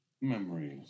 Memories